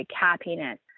happiness